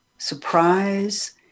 Surprise